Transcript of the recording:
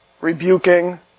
rebuking